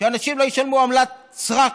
שאנשים לא ישלמו עמלת סרק.